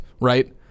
right